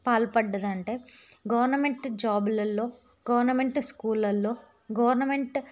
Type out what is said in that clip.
పాల్పడ్డదంటే government జాబులలో government స్కూళ్ళల్లో government